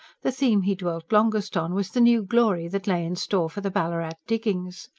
the theme he dwelt longest on was the new glory that lay in store for the ballarat diggings.